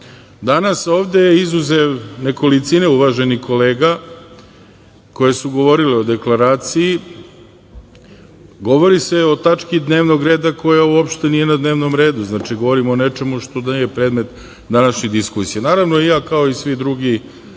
ovde, izuzev nekolicine uvaženih kolega, koje su govorile o Deklaracije, govori se o tački dnevnog reda koja nije uopšte na dnevnom redu. Znači, govorimo o nečemu što nije predmet današnje diskusije. Naravno, i ja, kao i svi drugi,